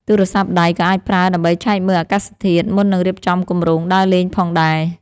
ទូរស័ព្ទដៃ ក៏អាចប្រើដើម្បីឆែកមើលអាកាសធាតុ មុននឹងរៀបចំគម្រោងដើរលេងផងដែរ។